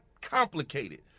Complicated